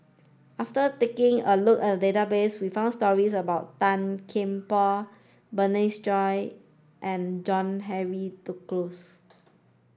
after taking a look at the database we found stories about Tan Kian Por Bernice Ong and John Henry Duclos